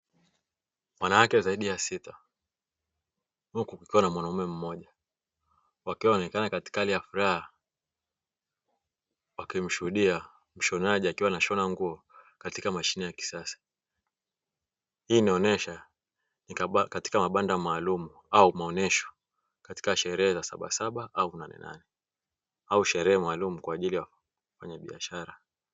Wanawake zaidi ya sita wako huku kukiwa na mwanaume mmoja , wakionekana katika hali ya furaha , wakimshuhudi mshonaji akiwa anashona nguo katika mashine kisasa, hii inaonyesha katika mabanda maalumu au maonyesho katika sherehe za sabasaba , au nanenane au sherehe maalumu kwaajili ya wafanyabiashara.